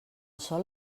sol